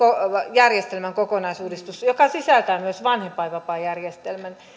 järjestelmän kokonaisuudistusta joka sisältää myös vanhempainvapaajärjestelmän